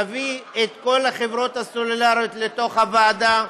נביא את כל החברות הסלולריות לוועדה.